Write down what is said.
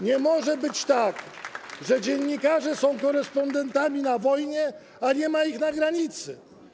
Nie może być tak, że dziennikarze są korespondentami na wojnie, a nie ma ich na granicy.